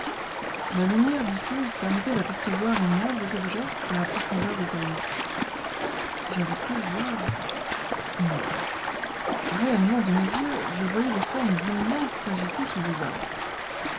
la lumière diffuse permettait d'apercevoir les moindres objets dans la profondeur des taillis j'avais cru voir non réellement de mes yeux je voyais des formes immenses s'agiter sous les arbres